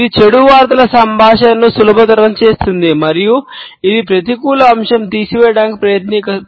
ఇది చెడు వార్తల సంభాషణను సులభతరం చేస్తుంది మరియు ఇది ప్రతికూల అంశం తీసివేయడానికి ప్రయత్నిస్తుంది